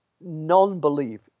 non-belief